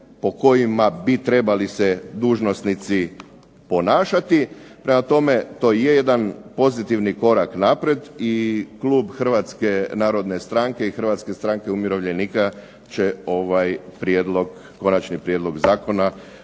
po kojima bi se trebali dužnosnici ponašati. Prema tome, to je jedan pozitivni korak naprijed i Klub narodne stranke i Hrvatske stranke umirovljenika će ovaj Prijedlog zakona